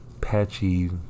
patchy